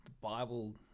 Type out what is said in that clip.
Bible